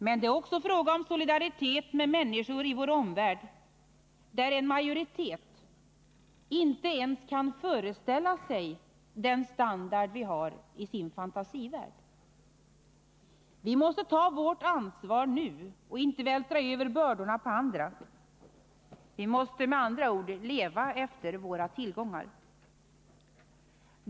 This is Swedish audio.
Men det är också fråga om solidaritet med människor i vår omvärld, där en majoritet inte ens i sin fantasivärld kan föreställa sig den standard vi har. Vi måste ta vårt ansvar nu och inte vältra över bördorna på andra. Vi måste med andra ord leva efter våra tillgångar.